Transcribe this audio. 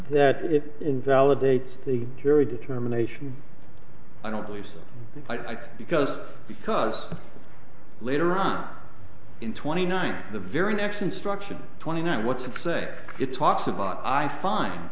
that it invalidates the theory determination i don't believe so i think because because later on in twenty nine the very next instruction twenty nine what's it say it talks about i find